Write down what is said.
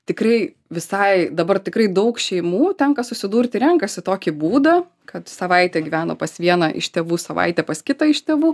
tikrai visai dabar tikrai daug šeimų tenka susidurti renkasi tokį būdą kad savaitę gyveno pas vieną iš tėvų savaitę pas kitą iš tėvų